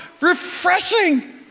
refreshing